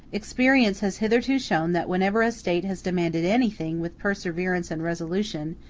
experience has hitherto shown that whenever a state has demanded anything with perseverance and resolution,